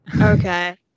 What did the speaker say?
Okay